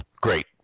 Great